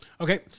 Okay